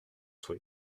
soit